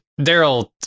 Daryl